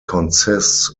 consists